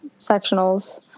sectionals